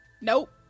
Nope